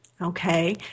okay